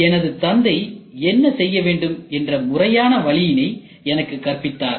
எனது தந்தை என்ன செய்யவேண்டும் என்ற முறையான வழியினை எனக்கு கற்பித்தார்